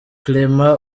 clément